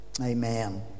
Amen